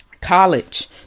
college